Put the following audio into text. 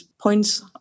points